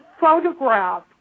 photograph